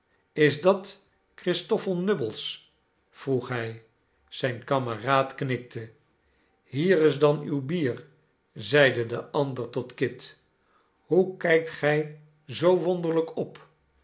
is dat christoffel nubbles vroeg hij zijn kameraad knikte hier is dan uw bier zeide de ander tot kit hoe kijkt gij zoo wonderlijk op